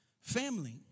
Family